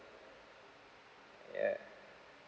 yeah